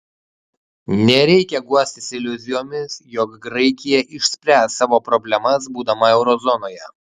nereikia guostis iliuzijomis jog graikija išspręs savo problemas būdama euro zonoje